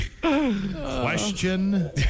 Question